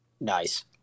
Nice